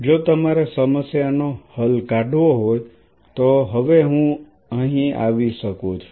જો તમારે સમસ્યા નો હલ કાઢવો હોય તો હવે હું અહીં આવી શકું છું